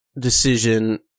decision